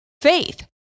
faith